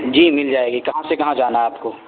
جی مل جائے گی کہاں سے کہاں جانا ہے آپ کو